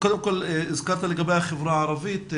הזכרת לגבי החברה הערבית.